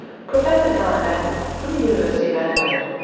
professor guy maddern from the university of adelaide.